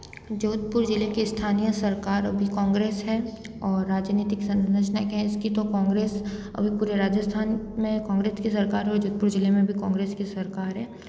जोधपुर ज़िले की स्थानिए सरकार अभी काँग्रेस है और राजनीतिक संरचना क्या है इसकी तो काँग्रेस अभी पूरे राजस्थान में काँग्रेस की सरकार है जोधपुर ज़िले में भी काँग्रेस की सरकार है